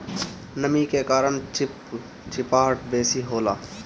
नमी के कारण चिपचिपाहट बेसी होला